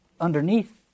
underneath